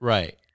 Right